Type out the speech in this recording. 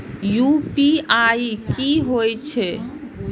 UPI की होई छै?